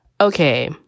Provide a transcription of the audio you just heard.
Okay